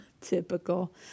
Typical